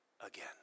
again